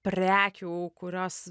prekių kurios